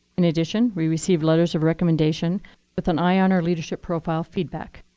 in addition, we received letters of recommendation with an eye on our leadership profile feedback.